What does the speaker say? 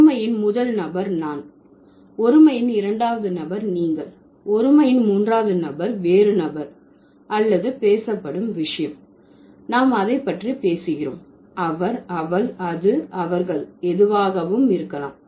ஒருமையின் முதல் நபர் நான் ஒருமையின் இரண்டாவது நபர் நீங்கள் ஒருமையின் மூன்றாவது நபர் வேறு நபர் அல்லது பேசப்படும் விஷயம் நாம் அதை பற்றி பேசுகிறோம் அவர் அவள் அது அவர்கள் எதுவாகவும் இருக்கலாம்